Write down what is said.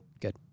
Good